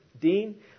Dean